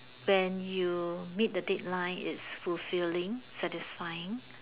when you meet the deadline is fulfilling satisfying